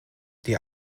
die